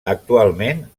actualment